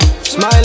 Smile